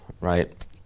right